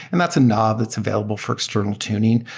and that's a knob that's available for external tuning.